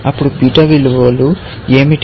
ఇప్పుడు బీటా విలువలు ఏమిటి